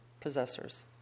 possessors